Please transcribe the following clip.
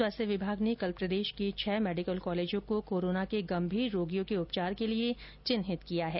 स्वास्थ्य विभाग ने कल प्रदेश के छह मेडिकल कॉलेजों को कोरोना के गंभीर रोगियों के उपचार के लिए चिन्हित किया है